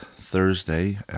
Thursday